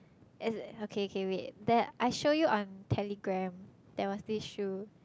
as in okay okay wait there I show you on Telegram there was this shoe